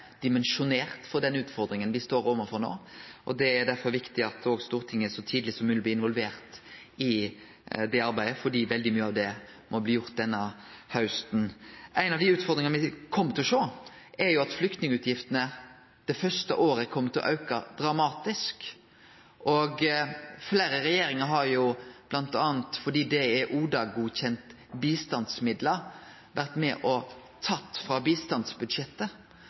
derfor viktig at også Stortinget så tidleg som mogleg blir involvert i det arbeidet, for veldig mykje av det må bli gjort denne hausten. Ei av dei utfordringane me kjem til å sjå, er at flyktningutgiftene det første året kjem til å auke dramatisk. Fleire regjeringar har jo bl.a. fordi det er ODA-godkjende bistandsmidlar vore med og tatt frå bistandsbudsjettet.